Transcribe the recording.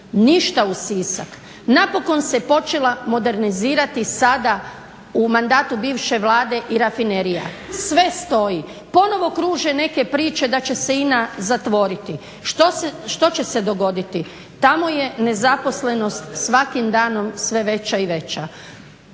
ništa u Sisak. Napokon se počela modernizirati sada u mandatu bivše Vlade i rafinerija. Sve stoji, ponovno kruže neke priče da će se INA zatvoriti, što će se dogoditi? Tamo je nezaposlenost svakim danom sve veća i veća.